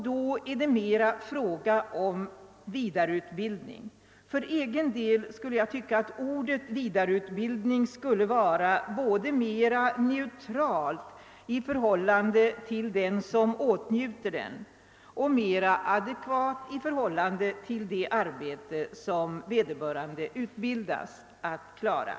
Då är det närmast fråga om vidareutbildning. Detta senare ord finner jag mera neutralt med avseende på dem som åtnjuter utbildningen och mera adekvat med avseende på det arbete som vederbörande utbildas för att klara.